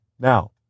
Now